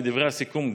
בדברי הסיכום,